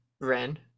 Ren